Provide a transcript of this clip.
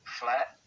flat